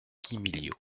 guimiliau